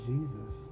Jesus